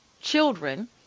children